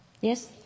Yes